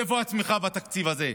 ואיפה הצמיחה בתקציב הזה,